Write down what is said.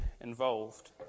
involved